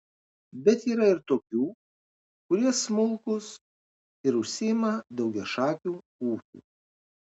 bet yra ir tokių kurie smulkūs ir užsiima daugiašakiu ūkiu